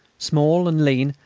small and lean,